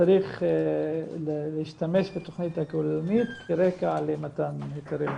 צריך להשתמש בתכנית הכוללנית כרקע למתן היתרים לחשמל.